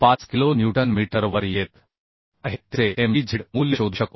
75 kilo newton metre वर येत आहे त्याचे mdz मूल्य शोधू शकतो